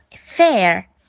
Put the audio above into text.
Fair